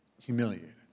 humiliated